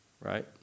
right